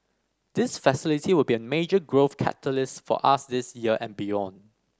this facility will be a major growth catalyst for us this year and beyond